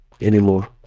anymore